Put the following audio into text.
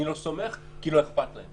אני לא סומך כי לא אכפת להם.